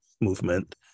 movement